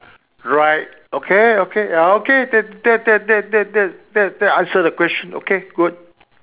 right okay okay ya okay that that that that that that that answer the question okay good